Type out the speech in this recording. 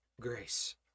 grace